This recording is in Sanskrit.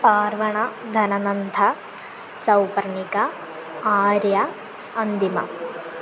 पार्वणः धननन्दः सौवर्णिका आर्यः अन्तिमः